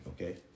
Okay